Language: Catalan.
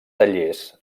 tallers